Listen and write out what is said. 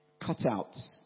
cutouts